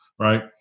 right